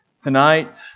tonight